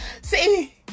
see